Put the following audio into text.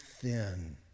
thin